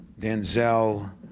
Denzel